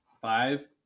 five